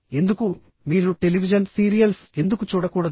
ఎందుకు మీరు television serials ఎందుకు చూడకూడదు